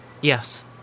Yes